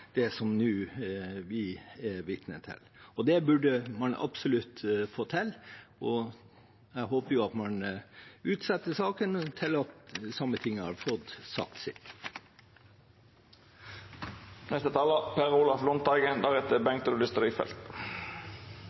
det vi nå er vitne til. Det burde man absolutt fått, og jeg håper man utsetter saken til Sametinget har fått sagt